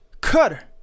Cutter